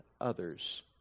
others